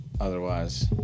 otherwise